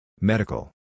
medical